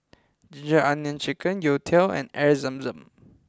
Ginger Onions Chicken Youtiao and Air Zam Zam